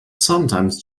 sometimes